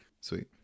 Sweet